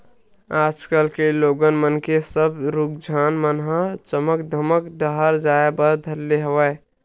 आज कल के लोगन मन के सब रुझान मन ह चमक धमक डाहर जाय बर धर ले हवय